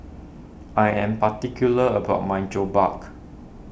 I am particular about my